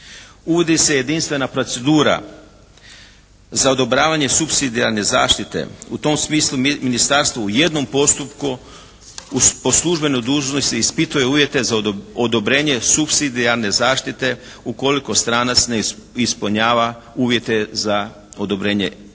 Uvodi se jedinstvena procedura za odobravanje supsidijarne zaštite. U tom smislu ministarstvo u jednom postupku po službenoj dužnosti ispituje uvjete za odobrenje supsidijarne zaštite ukoliko stranac ne ispunjava uvjete za odobrenje azila. Nadalje,